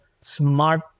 smart